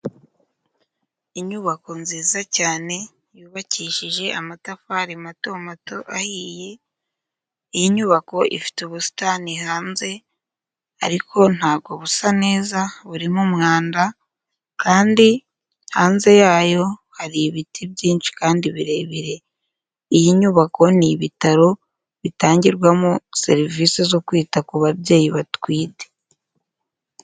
Inyubako nziza cyane yubakishije amatafari mato mato ahiye, iyi nyubako ifite ubusitani hanze ariko ntabwo busa neza burimo umwanda kandi hanze yayo hari ibiti byinshi kandi birebire. Iyi nyubako ni ibitaro bitangirwamo serivisi zo kwita ku babyeyi batwite.